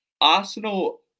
Arsenal